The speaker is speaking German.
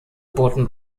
boten